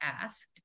asked